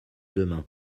demain